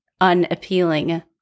unappealing